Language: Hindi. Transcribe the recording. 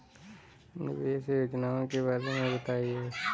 निवेश योजनाओं के बारे में बताएँ?